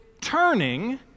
turning